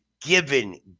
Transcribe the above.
given